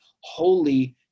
holy